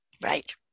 Right